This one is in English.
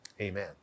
amen